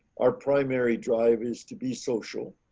our primary drive is to be social.